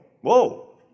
whoa